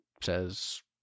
says